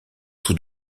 tout